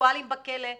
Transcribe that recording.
כאינדיבידואליים בכלא.